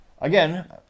again